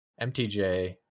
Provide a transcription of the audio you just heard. MTJ